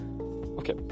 Okay